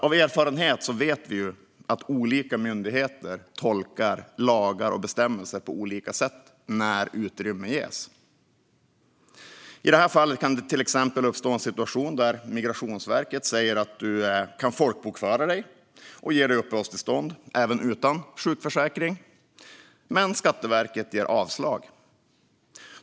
Av erfarenhet vet vi nämligen att olika myndigheter tolkar lagar och bestämmelser på olika sätt när utrymme ges. I det här fallet kan det till exempel uppstå en situation där Migrationsverket säger att du kan folkbokföra dig och ger dig uppehållstillstånd även utan sjukförsäkring - men Skatteverket ger avslag.